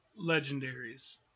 legendaries